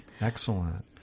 Excellent